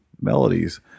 melodies